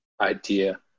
idea